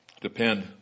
depend